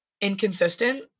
inconsistent